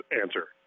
answer